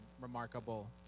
remarkable